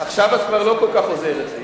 עכשיו את כבר לא כל כך עוזרת לי.